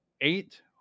Eight